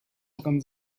drin